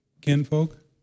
Kinfolk